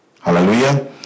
Hallelujah